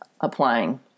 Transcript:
applying